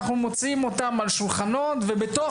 מוצאים חברי כנסת על שולחנות ומתפרצים בתוך